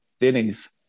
Denny's